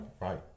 right